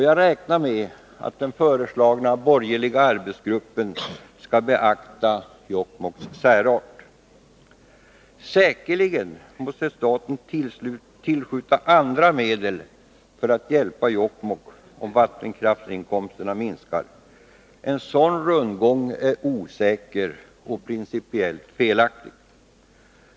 Jag räknar med att den föreslagna borgerliga arbetsgruppen skall beakta Jokkmokks särart. Säkerligen måste staten tillskjuta andra medel för att hjälpa Jokkmokk om vattenkraftinkomsterna minskar. En sådan ”rundgång” är osäker och principiellt felaktig.